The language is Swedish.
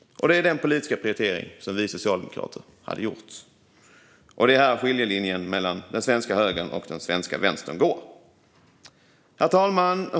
Detta är den politiska prioritering som vi socialdemokrater hade gjort. Det är här skiljelinjen mellan den svenska högern och den svenska vänstern går. Fru talman!